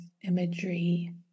imagery